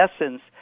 essence